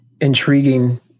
intriguing